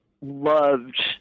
loved